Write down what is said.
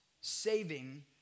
saving